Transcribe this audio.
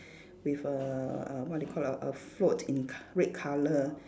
with a uh what do you call ah a float in k~ red colour